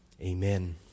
Amen